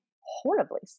horribly